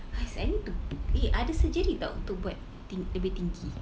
!hais! I need to eh ada surgery tak untuk buat lebih tinggi